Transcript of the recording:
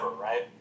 right